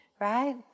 Right